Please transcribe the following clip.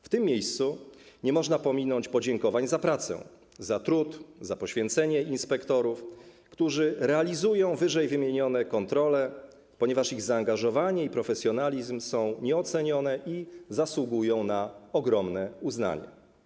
W tym miejscu nie można pominąć podziękowań za pracę, za trud, za poświęcenie inspektorów, którzy realizują ww. kontrole, ponieważ ich zaangażowanie i profesjonalizm są nieocenione i zasługują na ogromne uznanie.